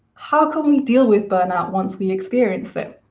how can we deal with burnout once we experience it?